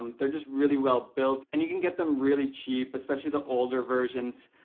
um they're just really well-built, and you can get them really cheap, especially the older versions.